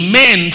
men